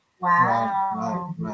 Wow